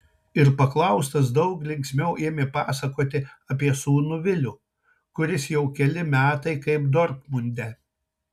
ir paklaustas daug linksmiau ėmė pasakoti apie sūnų vilių kuris jau keli metai kaip dortmunde